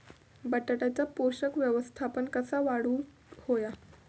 बटाट्याचा पोषक व्यवस्थापन कसा वाढवुक होया?